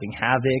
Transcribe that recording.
havoc